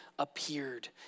Appeared